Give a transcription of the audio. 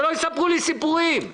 שלא יספרו לי סיפורים.